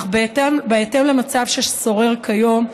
אך בהתאם למצב ששורר כיום,